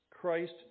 Christ